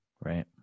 Right